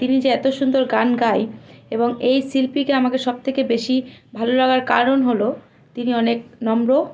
তিনি যে এত সুন্দর গান গায় এবং এই শিল্পীকে আমাকে সবথেকে বেশি ভালো লাগার কারণ হলো তিনি অনেক নম্র